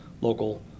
local